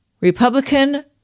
Republican